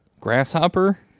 grasshopper